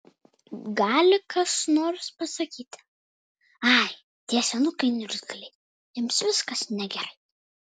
gali kas nors pasakyti ai tie senukai niurzgliai jiems viskas negerai